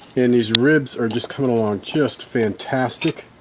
and these ribs are just coming along just fantastic.